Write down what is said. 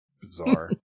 Bizarre